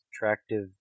attractive